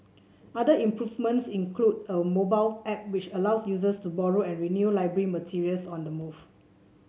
other improvements include a mobile app which allows users to borrow and renew library materials on the move